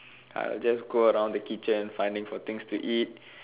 I'll just go around the kitchen finding for things to eat